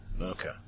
okay